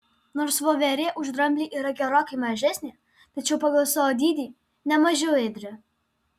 nors voverė už dramblį yra gerokai mažesnė tačiau pagal savo dydį ne mažiau ėdri